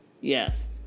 Yes